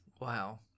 Wow